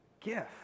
gift